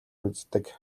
үздэг